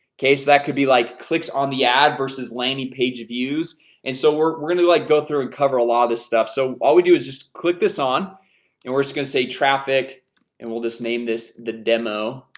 okay, so that could be like clicks on the ad versus landing page views and so we're we're gonna like go through and cover a lot of this stuff so all we do is just click this on and we're just gonna say traffic and we'll just name this the demo,